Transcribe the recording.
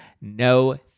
No